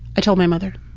i told my mother.